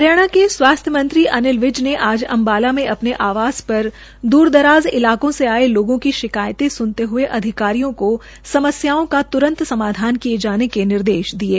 हरियाणा के स्वास्थ्य मंत्री अनिल विज ने आज अम्बाला में अपने आवास पर द्र दराज़ इलाकों से आये लोगों की शिकायतें सुनते हये अधिकारियों को समस्याओं का त्रंत समाधान किये जाने के निर्देश दिये